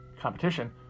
competition